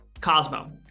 Cosmo